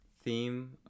theme